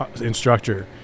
instructor